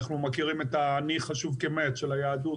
אנחנו מכירים את ה"עני חשוב כמת" של היהדות,